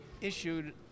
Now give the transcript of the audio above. issued